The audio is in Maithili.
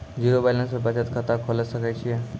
जीरो बैलेंस पर बचत खाता खोले सकय छियै?